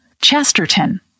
Chesterton